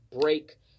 break